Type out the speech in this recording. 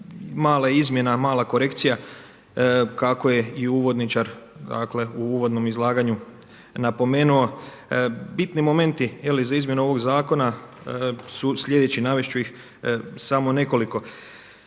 mala izmjena, mala korekcija kako je i uvodničar, dakle u uvodnom izlaganju napomenuo. Bitni momenti za izmjenu ovog zakona su sljedeći. Navest ću ih samo nekoliko.